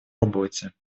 работе